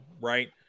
right